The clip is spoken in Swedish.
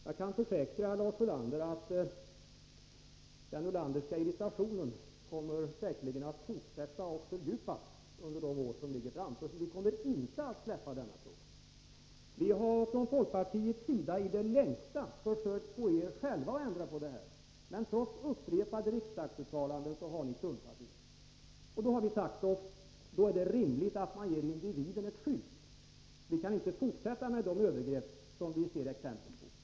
Jag kan försäkra Lars Ulander att den Ulanderska irritationen under de år som ligger framför oss säkerligen kommer att fortsätta och fördjupas — vi kommer inte att släppa denna fråga. Vi har från folkpartiets sida i det längsta försökt att få er själva att ändra på det här. Men trots upprepade riksdagsuttalanden har ni struntat i det. Då har vi sagt oss att det är rimligt att man ger individen ett skydd. Man kan inte få fortsätta med de övergrepp som vi ser exempel på.